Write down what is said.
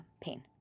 pain